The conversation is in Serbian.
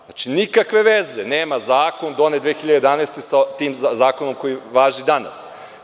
Znači, nikakve veze nema zakon donet 2011. godine sa tim zakonom koji važi danas.